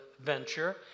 venture